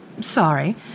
Sorry